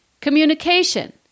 communication